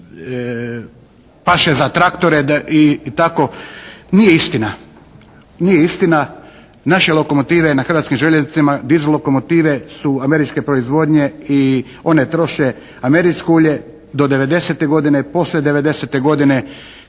paše za traktore i tako. Nije istina. Naše lokomotive na Hrvatskim željeznicama, dizel lokomotive su američke proizvodnje i one troše američko ulje do '90. godine, poslije '90. godine